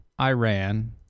Iran